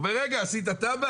הוא אומר, רגע, עשית תב"ע?